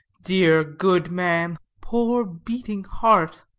dear good man. poor beating heart!